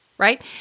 right